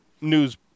news